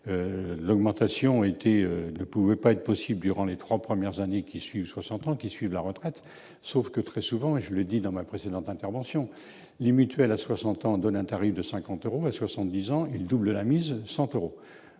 l'augmentation était ne pouvait pas être possible durant les 3 premières années qui suivent 60 ans qui suivent la retraite sauf que très souvent et je le dis dans ma précédente intervention les mutuelles à 60 ans donne un tarif de 50 euros à 70 ans, il double la mise, Santoro